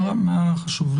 מה חשוב?